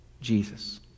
Jesus